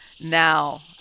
now